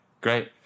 Great